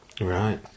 right